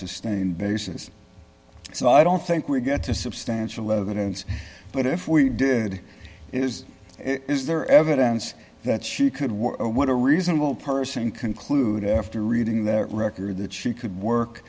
sustained basis so i don't think we get to substantial evidence but if we did it is is there evidence that she could work or what a reasonable person conclude after reading that record that she could work